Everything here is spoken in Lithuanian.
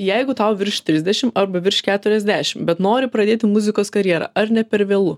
jeigu tau virš trisdešim arba virš keturiasdešim bet nori pradėti muzikos karjerą ar ne per vėlu